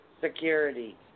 Security